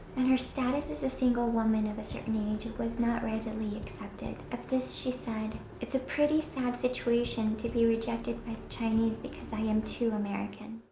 and her status is a single woman of a certain age was not readily accepted. of this, she said, it's a pretty sad situation to be rejected by the chinese because i am too american.